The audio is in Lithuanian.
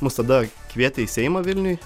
mus tada kvietė į seimą vilniuj